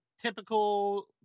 typical